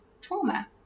trauma